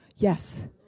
Yes